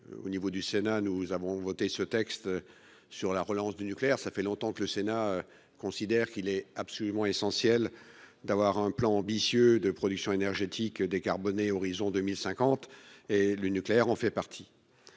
au niveau du Sénat, nous avons voté ce texte. Sur la relance du nucléaire, ça fait longtemps que le Sénat considère qu'il est absolument essentiel d'avoir un plan ambitieux de production énergétique décarboné horizon 2050 et le nucléaire en fait partie.